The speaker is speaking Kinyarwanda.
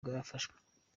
byafashwe